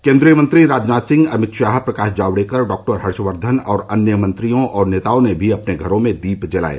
केन्द्रीय मंत्री राजनाथ सिंह अमित शाह प्रकाश जावड़ेकर डॉक्टर हर्षवर्धन और अन्य मंत्रियों और नेताओं ने भी अपने घरों में दीप जलाये